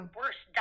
worse